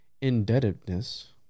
Indebtedness